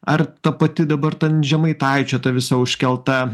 ar ta pati dabar ten žemaitaičio ta visa užkelta